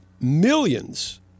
millions